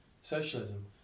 socialism